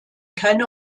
keine